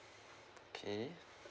okay